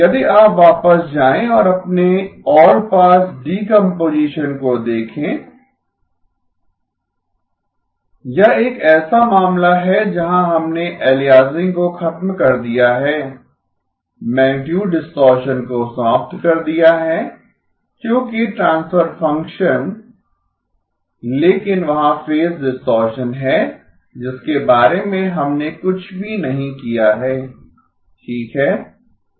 यदि आप वापस जाएँ और अपने ऑलपास डीकम्पोजीशन को देखें यह एक ऐसा मामला है जहां हमने अलियासिंग को खत्म कर दिया है मैगनीटुड डिस्टॉरशन को समाप्त कर दिया है क्योंकि ट्रांसफर फ़ंक्शन लेकिन वहाँ फेज डिस्टॉरशन है जिसके बारे में हमने कुछ भी नहीं किया है ठीक है